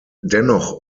dennoch